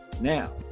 Now